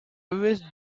wish